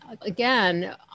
again